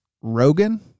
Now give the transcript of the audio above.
Rogan